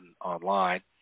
online